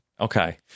Okay